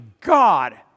God